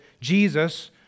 Jesus